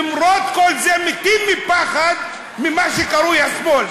ולמרות כל זה מתים מפחד ממה שקרוי השמאל,